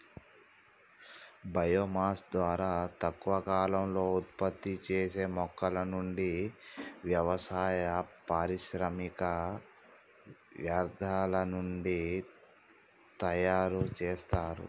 bio mass ద్వారా తక్కువ కాలంలో ఉత్పత్తి చేసే మొక్కల నుండి, వ్యవసాయ, పారిశ్రామిక వ్యర్థాల నుండి తయరు చేస్తారు